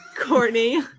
Courtney